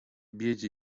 biedzie